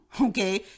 okay